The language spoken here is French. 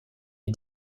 est